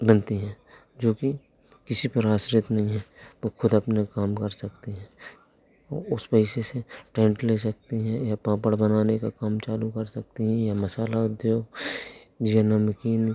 बनती हैं जोकि किसी पर आश्रित नहीं हैं वे ख़ुद अपने काम कर सकती हैं वे उस पैसे से टेंट ले सकती हैं या पापड़ बनाने का काम चालू कर सकती हैं या मसाला उद्योग या नमकीन